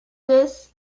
this